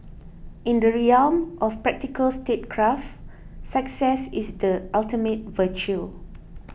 in the realm of practical statecraft success is the ultimate virtue